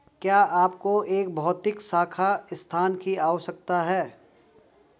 क्या आपको एक भौतिक शाखा स्थान की आवश्यकता है?